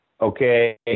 okay